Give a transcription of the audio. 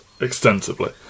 extensively